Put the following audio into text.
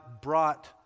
brought